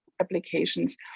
applications